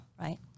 Right